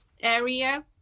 area